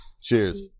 Cheers